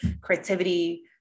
creativity